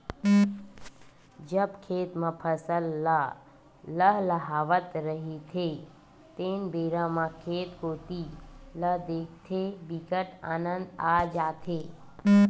जब खेत म फसल ल लहलहावत रहिथे तेन बेरा म खेत कोती ल देखथे बिकट आनंद आ जाथे